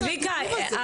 צביקה,